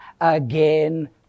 again